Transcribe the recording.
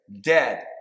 Dead